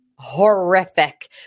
horrific